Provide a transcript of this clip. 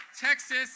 Texas